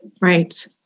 Right